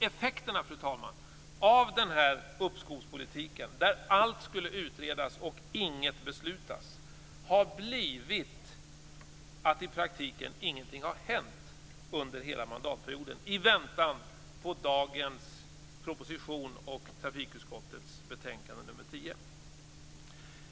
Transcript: Effekten av denna uppskovspolitik, där allt skulle utredas och inget beslutas, har blivit att i praktiken ingenting har hänt under hela mandatperioden i väntan på dagens proposition och trafikutskottets betänkande nr 10.